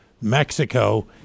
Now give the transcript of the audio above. Mexico